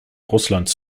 russlands